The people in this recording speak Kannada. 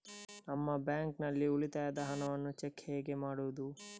ನಮ್ಮ ಬ್ಯಾಂಕ್ ನಲ್ಲಿ ಉಳಿತಾಯದ ಹಣವನ್ನು ಚೆಕ್ ಹೇಗೆ ಮಾಡುವುದು?